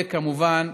כמובן